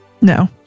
No